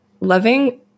loving